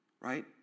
right